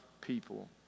people